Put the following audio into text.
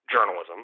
journalism